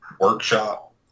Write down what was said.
workshop